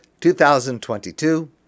2022